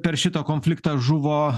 per šitą konfliktą žuvo